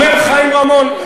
אומר חיים רמון,